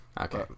Okay